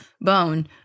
bone